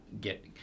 get